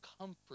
comfort